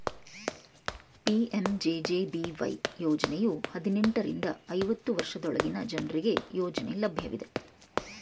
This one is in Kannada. ಪಿ.ಎಂ.ಜೆ.ಜೆ.ಬಿ.ವೈ ಯೋಜ್ನಯು ಹದಿನೆಂಟು ರಿಂದ ಐವತ್ತು ವರ್ಷದೊಳಗಿನ ಜನ್ರುಗೆ ಯೋಜ್ನ ಲಭ್ಯವಿದೆ